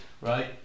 Right